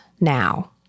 now